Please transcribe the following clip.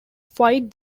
fight